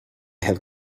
have